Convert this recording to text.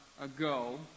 ago